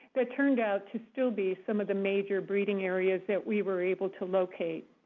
that turned out to still be some of the major breeding areas that we were able to locate.